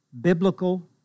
biblical